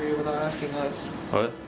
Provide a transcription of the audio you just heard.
asking us?